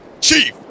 Chief